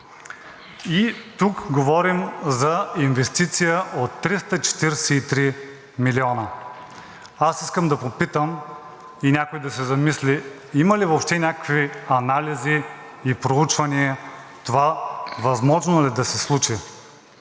и тук говорим за инвестиция от 343 милиона. Аз искам да попитам и някой да се замисли: има ли въобще някакви анализи и проучвания, това възможно ли е да се случи,